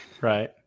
Right